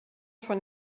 von